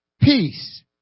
peace